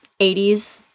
80s